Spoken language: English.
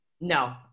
No